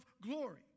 glory